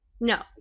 No